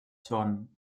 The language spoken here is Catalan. són